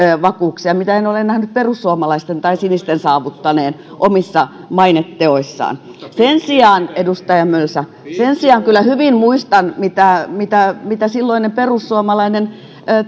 vakuuksia mitä en ole nähnyt perussuomalaisten tai sinisten saavuttaneen omissa maineteoissaan sen sijaan edustaja mölsä kyllä hyvin muistan mitä mitä silloinen perussuomalainen